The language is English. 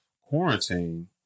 quarantine